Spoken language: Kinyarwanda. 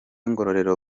ngororero